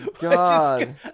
God